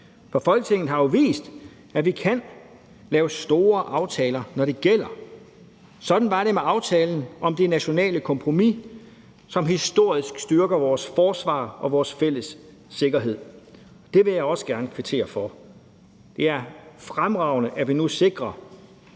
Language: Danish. for Folketinget har jo vist, at vi kan lave store aftaler, når det gælder. Sådan var det med aftalen om det nationale kompromis, som historisk styrker vores forsvar og vores fælles sikkerhed, og det vil jeg også gerne kvittere for. Det er fremragende, at vi nu sikrer